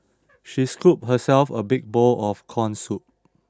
she scooped herself a big bowl of corn soup